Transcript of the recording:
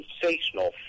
sensational